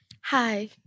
Hi